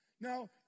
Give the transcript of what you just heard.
Now